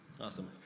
Awesome